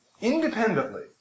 independently